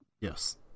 Yes